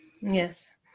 yes